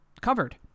covered